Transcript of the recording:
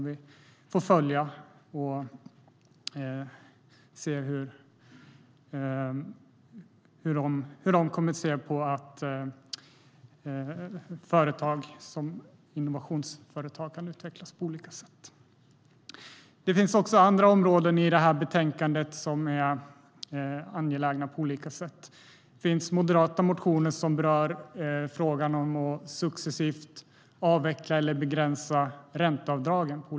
Vi får följa det arbetet och se hur innovationsföretag kan utvecklas på olika sätt. Det finns andra angelägna områden i betänkandet. Det finns moderata motioner som berör frågan om att successivt avveckla eller begränsa ränteavdragen.